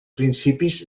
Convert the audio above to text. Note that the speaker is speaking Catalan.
principis